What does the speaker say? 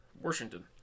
Washington